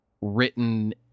written